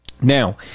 Now